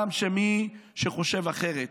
גם מי שחושב אחרת,